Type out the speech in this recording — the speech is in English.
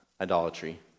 idolatry